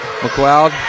McLeod